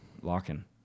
locking